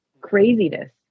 craziness